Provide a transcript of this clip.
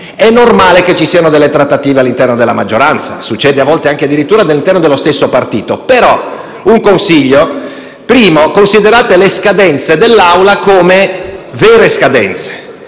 è normale che ci siano delle trattative all'interno della maggioranza. Succede, a volte, addirittura all'interno dello stesso partito, però, vi do due consigli. Il primo è: considerate le scadenze dell'Assemblea come vere scadenze.